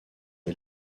est